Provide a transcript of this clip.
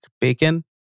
bacon